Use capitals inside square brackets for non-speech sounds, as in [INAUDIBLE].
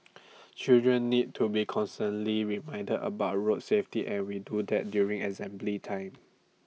[NOISE] children need to be constantly reminded about road safety and we do that during assembly time